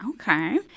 Okay